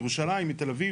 יוסי גיל,